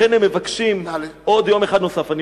לכן הם מבקשים עוד יום אחד נוסף.